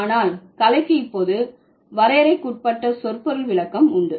ஆனால் கலைக்கு இப்போது வரையறைக்குட்பட்ட சொற்பொருள் விளக்கம் உண்டு